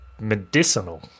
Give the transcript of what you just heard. medicinal